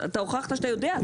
אתה הוכחת שאתה יודע.